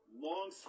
long